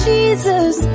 Jesus